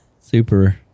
super